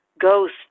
ghost